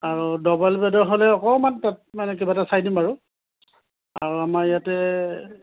আৰু ডাবোল বেডৰ হ'লে অকণমান তাত মানে কিবা এটা চাই দিম বাৰু আৰু আমাৰ ইয়াতে